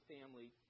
family